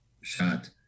shot